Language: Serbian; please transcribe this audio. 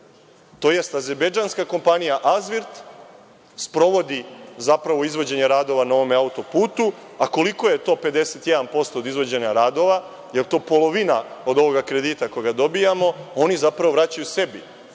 tj. azerbejdžanska kompanija „Azvirt“ sprovodi, zapravo, izvođenje radova na ovome autoputu, a koliko je to 51% od izvođenja radova, da li je to polovina od ovoga kredita koji dobijamo? Oni zapravo vraćaju sebi,